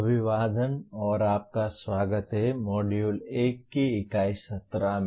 अभिवादन और आपका स्वागत है मॉड्यूल 1 की इकाई 17 में